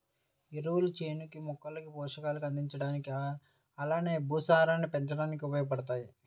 ఎరువులు చేనుకి, మొక్కలకి పోషకాలు అందించడానికి అలానే భూసారాన్ని పెంచడానికి ఉపయోగబడతాయి